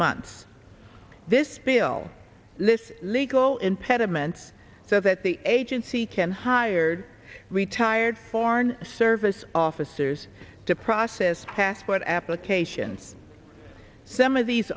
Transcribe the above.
months this bill this legal impediments so that the agency can hire retired foreign service officers to process passport applications some of these